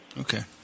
Okay